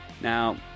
Now